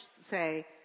say